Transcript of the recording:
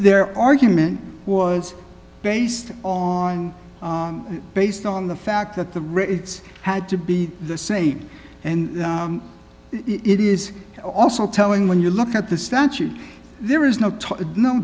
their argument was based on based on the fact that the ritz had to be the same and it is also telling when you look at the statute there is no n